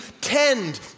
tend